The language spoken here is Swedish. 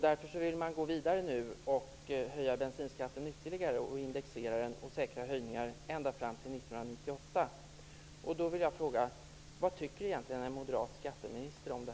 Därför vill man nu gå vidare och höja bensinskatten ytterligare, indexera den och säkra höjningar ända fram till 1998. bVad tycker egentligen en moderat skatteminister om det?